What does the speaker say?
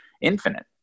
infinite